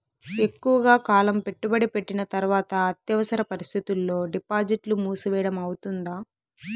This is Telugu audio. ఎక్కువగా కాలం పెట్టుబడి పెట్టిన తర్వాత అత్యవసర పరిస్థితుల్లో డిపాజిట్లు మూసివేయడం అవుతుందా?